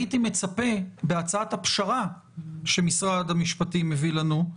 הייתי מצפה בהצעת הפשרה שמשרד המשפטים מביא לנו,